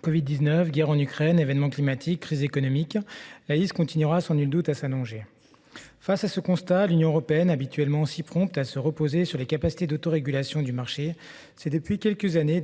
covid-19, guerre en Ukraine, événements climatiques, crises économiques, la liste continuera sans nul doute de s'allonger. Face à ce constat, l'Union européenne, habituellement si prompte à se reposer sur les capacités d'autorégulation du marché, s'est décidée depuis quelques années